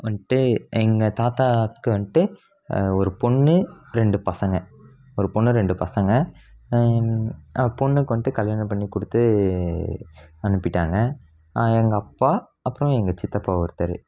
வந்துட்டு எங்கள் தாத்தாவுக்கு வந்துட்டு ஒரு பொண்ணு ரெண்டு பசங்கள் ஒரு பொண்ணு ரெண்டு பசங்கள் பொண்ணுக்கு வந்துட்டு கல்யாணம் பண்ணி கொடுத்து அனுப்பிவிட்டாங்க எங்கள் அப்பா அப்புறம் எங்கள் சித்தப்பா ஒருத்தர்